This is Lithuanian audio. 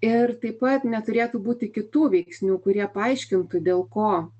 ir taip pat neturėtų būti kitų veiksnių kurie paaiškintų dėl ko